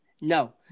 No